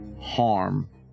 harm